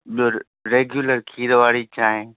ॿियो रेग्युलर खीर वारी चांहि